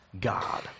God